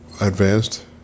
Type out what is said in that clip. advanced